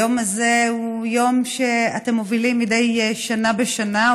היום הזה הוא יום שאתם מובילים מדי שנה בשנה,